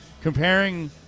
comparing